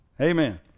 Amen